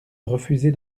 refuser